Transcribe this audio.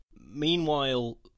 Meanwhile